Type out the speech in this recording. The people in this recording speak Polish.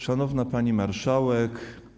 Szanowna Pani Marszałek!